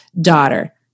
daughter